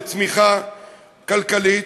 לצמיחה כלכלית,